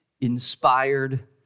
inspired